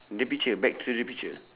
the picture back to the picture